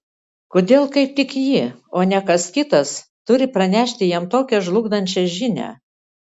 kodėl kaip tik ji o ne kas kitas turi pranešti jam tokią žlugdančią žinią